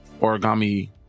origami